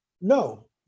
No